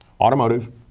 automotive